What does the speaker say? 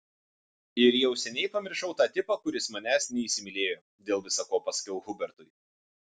ir jau seniai pamiršau tą tipą kuris manęs neįsimylėjo dėl visa ko pasakiau hubertui